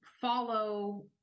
follow